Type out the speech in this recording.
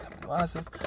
glasses